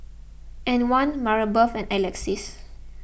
Antwan Marybeth and Alexis